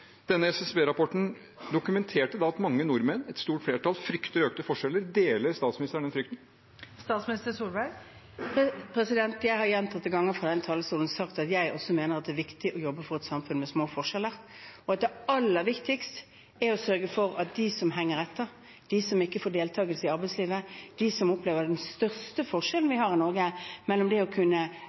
Denne SSB-rapporten dokumenterte at mange nordmenn – et stort flertall – frykter økte forskjeller. Deler statsministeren denne frykten? Jeg har gjentatte ganger fra denne talerstolen sagt at jeg også mener at det er viktig å jobbe for et samfunn med små forskjeller, og at det aller viktigste er å sørge for at de som henger etter, de som ikke får deltatt i arbeidslivet – de som opplever den største forskjellen vi har i Norge, forskjellen mellom det å kunne